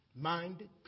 minded